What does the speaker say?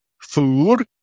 food